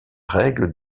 règle